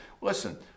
Listen